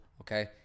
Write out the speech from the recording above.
okay